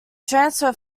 transfer